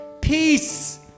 peace